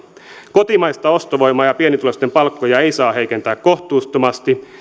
kotimaista ostovoimaa ja pienituloisten palkkoja ei saa heikentää kohtuuttomasti